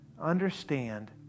understand